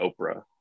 Oprah